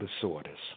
disorders